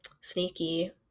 sneaky